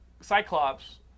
Cyclops